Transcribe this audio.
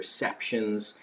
perceptions